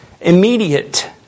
immediate